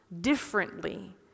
differently